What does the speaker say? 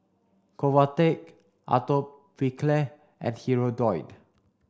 Convatec Atopiclair and Hirudoid